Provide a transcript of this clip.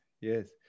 yes